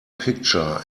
picture